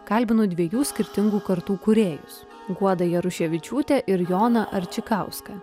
kalbinu dviejų skirtingų kartų kūrėjus guodą jaruševičiūtę ir joną arčikauską